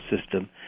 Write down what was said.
system